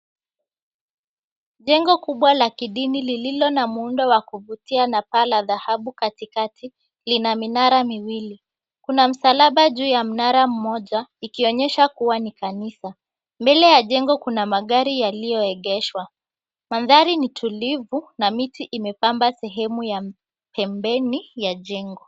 Jengo kubwa la kidini lililo na muundo wa kuvutia na paa la dhahabu katikati, lina minara miwili. Kuna msalaba juu ya mnara mmoja ikionyesha kuwa ni kanisa. Mbele ya jengo kuna magari yaliyoegeshwa. Mandhari ni tulivu na miti imepamba sehemu ya pembeni ya jengo.